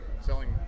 selling